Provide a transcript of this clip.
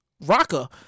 Rocker